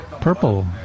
purple